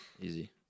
Easy